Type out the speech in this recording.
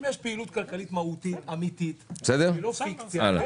אם יש פעילות כלכלית מהותית אמיתית והיא לא פיקציה.